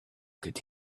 could